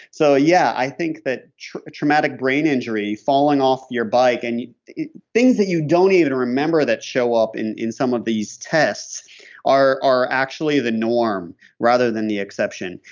so yeah, i think that traumatic brain injuries, falling off your bike, and things that you don't even remember that show up in in some of these tests are are actually the norm rather than the exception.